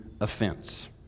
offense